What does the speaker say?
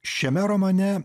šiame romane